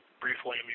briefly